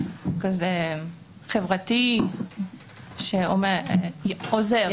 כזה חברתי, עוזר.